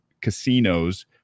casinos